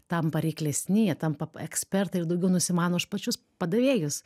tampa reiklesni jie tampa ekspertai ir daugiau nusimano už pačius padavėjus